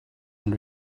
and